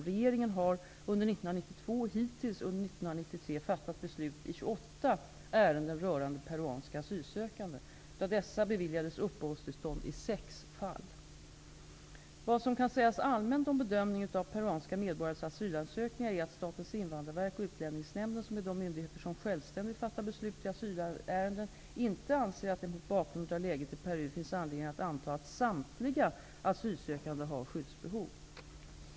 Regeringen har under 1992 och hittills under Vad som kan sägas allmänt om bedömningen av peruanska medborgares asylansökningar är att Statens invandrarverk och Utlänningsnämnden, som är de myndigheter som självständigt fattar beslut i asylärenden, inte anser att det mot bakgrund av läget i Peru finns anledning att anta att samtliga asylsökande har skyddsbehov.